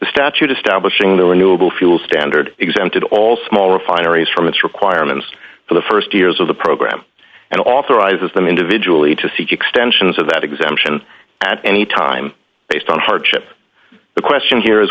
statute establishing the renewable fuel standard exempted all small refineries from its requirements for the st years of the program and authorizes them individually to seek extensions of that exemption at any time based on hardship the question here